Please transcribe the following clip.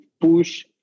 push